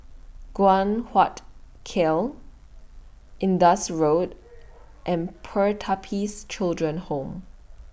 Guan Huat Kiln Indus Road and Pertapis Children Home